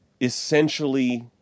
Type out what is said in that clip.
essentially